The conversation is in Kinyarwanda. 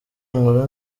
inkuru